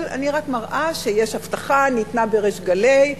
אבל אני רק מראה שיש הבטחה שניתנה בריש גלי,